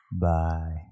bye